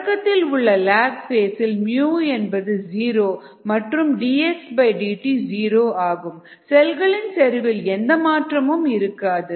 தொடக்கத்தில் உள்ள lag phase இல் என்பது ஜீரோ மற்றும் dxdt ஜீரோ ஆகும் செல்களின் செறிவில் எந்த மாற்றமும் இருக்காது